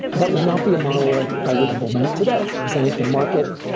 that would not be a monologue i would implement today, because i think the market,